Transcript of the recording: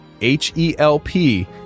H-E-L-P